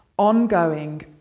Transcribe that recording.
ongoing